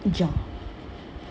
ya